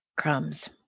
crumbs